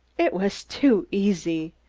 it was too easy!